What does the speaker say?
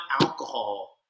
alcohol